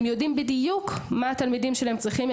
הם יודעים בדיוק מה התלמידים שלהם צריכים,